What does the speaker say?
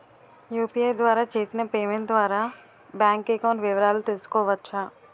UPI ద్వారా చేసిన payment ద్వారా బ్యాంక్ అకౌంట్ వివరాలు తెలుసుకోవచ్చ?